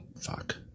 Fuck